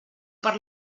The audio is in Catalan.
per